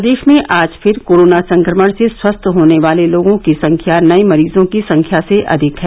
प्रदेश में आज फिर कोरोना संक्रमण से स्वस्थ होने वाले लोगों की संख्या नए मरीजों की संख्या से अधिक है